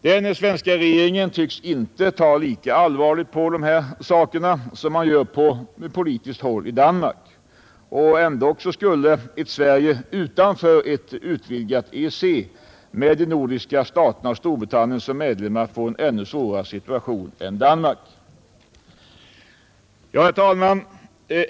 Den svenska regeringen tycks inte ta lika allvarligt på dessa saker som man gör på politiskt håll i Danmark. Och ändock skulle ett Sverige utanför ett utvidgat EEC, med de andra skandinaviska staterna och Storbritannien som medlemmar, få en ännu svårare situation än Danmark. Herr talman!